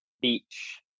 Beach